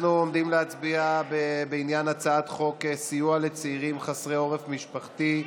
אנחנו עומדים להצביע בעניין הצעת חוק סיוע לצעירים חסרי עורף משפחתי,